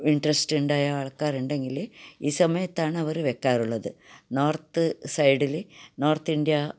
interest ആൾക്കാരുണ്ടെങ്കിൽ ഈ സമയത്താണ് അവര് വെക്കാറുള്ളത് നോർത്ത് സൈഡില് നോർത്ത് ഇന്ത്യ